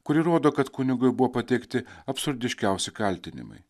kuri rodo kad kunigui buvo pateikti absurdiškiausi kaltinimai